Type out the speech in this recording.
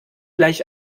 gleich